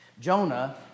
Jonah